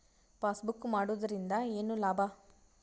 Passbook ಮಾಡುದರಿಂದ ಏನು ಲಾಭ?